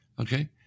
Okay